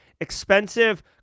expensive